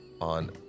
on